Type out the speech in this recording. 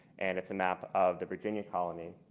and it's a map of the virginia colonies.